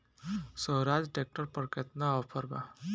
सोहराज tractor पर केतना offer बा?